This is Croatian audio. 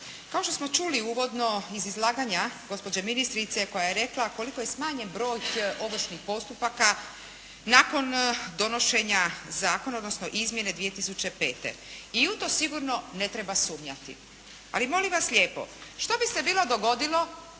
Kao što smo čuli uvodno iz izlaganja gospođe ministrice koja je rekla koliko je smanjen broj ovršnih postupaka nakon donošenja zakona odnosno izmjene 2005. I u to sigurno ne treba sumnjati. Ali molim vas lijepo što bi se bilo dogodilo